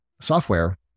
software